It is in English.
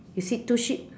you see two sheep